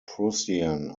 prussian